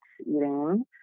eating